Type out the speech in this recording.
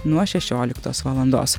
nuo šešioliktos valandos